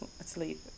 asleep